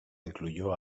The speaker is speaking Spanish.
incluyó